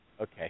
Okay